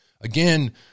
Again